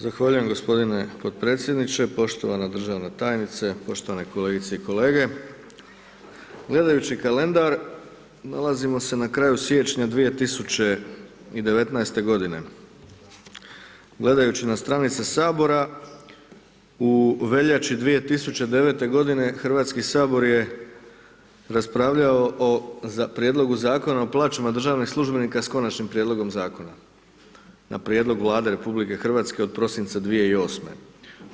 Zahvaljujem g. potpredsjedniče, poštovana državna tajnice, poštovane kolegice i kolege, gledajući kalendar, nalazimo se na kraju siječnja 2019.-te godine, gledajući na stranice HS u veljači 2009.-te godine HS je raspravljao o prijedlogu Zakona o plaćama državnih službenika s Konačnim prijedlogom Zakona, na prijedlog Vlade RH od prosinca 2008.-me.